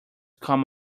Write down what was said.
come